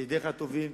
ידידיך הטובים,